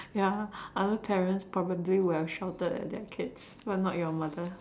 ya other parents probably would have shouted at their kids but not your mother